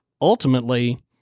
ultimately